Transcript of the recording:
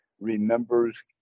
remembers